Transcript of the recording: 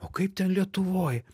o kaip ten lietuvoj